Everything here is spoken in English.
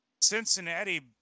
Cincinnati